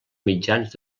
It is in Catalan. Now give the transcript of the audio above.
mitjans